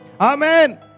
Amen